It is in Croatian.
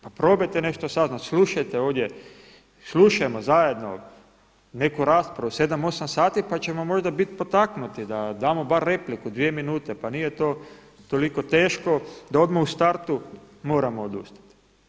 Pa probajte nešto saznati, slušajte ovdje, slušajmo zajedno neku raspravu, 7, 8 sati pa ćemo možda biti potaknuti da damo bar repliku dvije minute, pa nije to toliko teško da odmah u startu moramo odustati.